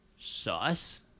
sauce